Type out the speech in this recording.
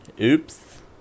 Oops